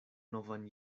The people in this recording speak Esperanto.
novan